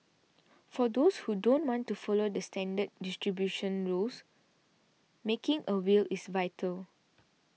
for those who don't want to follow the standard distribution rules making a will is vital